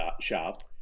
shop